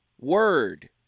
word